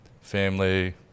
family